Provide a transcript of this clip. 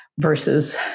versus